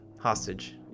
Hostage